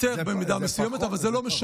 זה יותר במידה מסוימת, אבל זה לא משנה.